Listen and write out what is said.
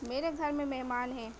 میرے گھر میں مہمان ہیں